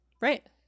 Right